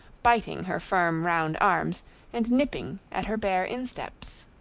biting her firm, round arms and nipping at her bare insteps.